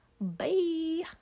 bye